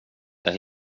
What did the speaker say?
jag